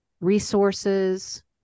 resources